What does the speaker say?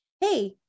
hey